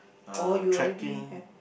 oh you already have